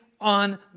on